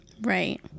Right